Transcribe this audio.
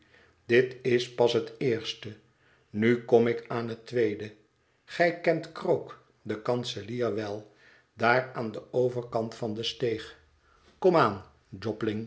dit is pas het eerste nu kom ik aan het tweede gij kent krook den kanselier wel daar aan den overkant van de steeg kom